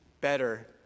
better